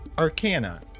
Arcana